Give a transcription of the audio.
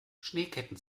schneeketten